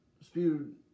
spewed